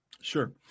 Sure